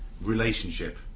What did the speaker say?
relationship